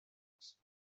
loss